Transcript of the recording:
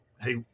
Hey